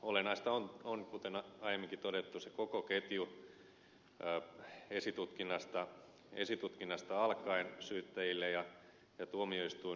olennaista on kuten aiemminkin todettu se koko ketju esitutkinnasta alkaen syyttäjille ja tuomioistuinlaitokseen